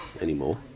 anymore